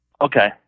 Okay